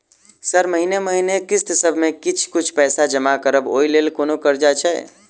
Sir महीने महीने किस्तसभ मे किछ कुछ पैसा जमा करब ओई लेल कोनो कर्जा छैय?